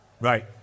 right